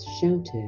shouted